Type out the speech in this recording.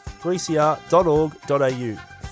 3cr.org.au